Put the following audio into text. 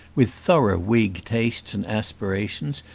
with thorough whig tastes and aspirations,